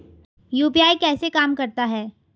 UPI कैसे काम करता है?